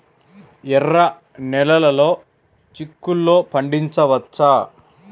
ఎర్ర నెలలో చిక్కుల్లో పండించవచ్చా?